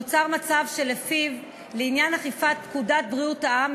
נוצר מצב שלפיו לעניין אכיפת פקודת בריאות העם,